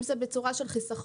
אם זה בצורה של חסכון,